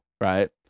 right